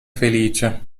felice